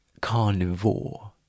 carnivore